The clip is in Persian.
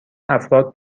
افراد